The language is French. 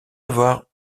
avoir